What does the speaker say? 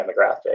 demographic